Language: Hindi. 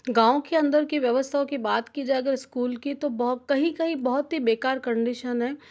गाँव के अन्दर की व्यवस्थाओं की बात की जाए अगर इस्कूल की तो ब कहीं कहीं बहुत ही बेकार कंडीशन है